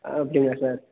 ஆ அப்படியா சார்